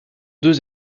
deux